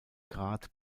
grad